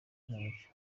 kinamico